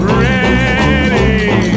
ready